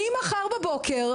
ממחר בבוקר,